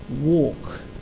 Walk